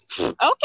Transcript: okay